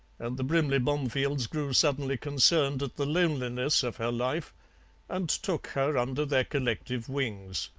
and the brimley bomefields grew suddenly concerned at the loneliness of her life and took her under their collective wings.